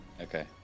okay